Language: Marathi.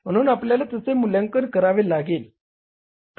म्हणून आपल्याला त्याचे मूल्यांकन करावे लागेल